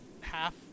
half